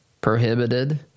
prohibited